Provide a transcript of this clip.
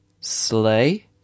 Sleigh